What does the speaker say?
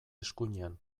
eskuinean